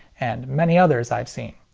and many others i've seen.